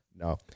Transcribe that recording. No